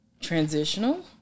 transitional